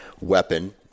weapon